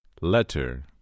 Letter